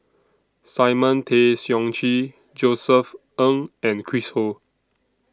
Simon Tay Seong Chee Josef Ng and Chris Ho